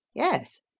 yes,